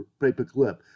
Paperclip